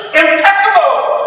impeccable